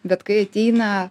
bet kai ateina